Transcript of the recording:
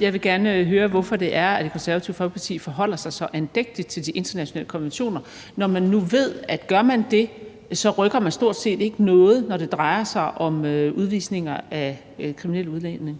Jeg vil gerne høre, hvorfor det er, at Det Konservative Folkeparti forholder sig så andægtigt til de internationale konventioner, når de nu ved, at gør man det, så rykker man stort set ikke noget, når det drejer sig om udvisninger af kriminelle udlændinge.